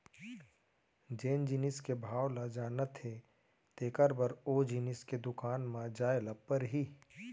जेन जिनिस के भाव ल जानना हे तेकर बर ओ जिनिस के दुकान म जाय ल परही